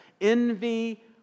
Envy